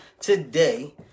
today